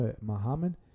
Muhammad